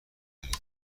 داریم